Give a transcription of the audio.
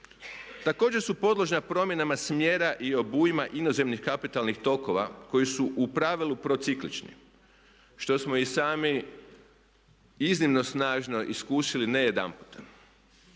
Također su podložna promjenama smjera i obujma inozemnih kapitalnih tokova koji su u pravilu prociklični što smo i sami iznimno snažno iskusili ne jedanput.